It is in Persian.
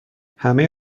همه